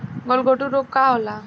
गलघोंटु रोग का होला?